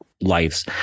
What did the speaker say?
lives